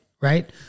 right